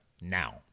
now